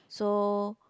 so